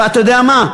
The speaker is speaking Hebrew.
ואתה יודע מה?